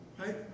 right